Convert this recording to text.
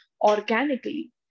organically